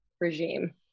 regime